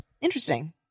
Interesting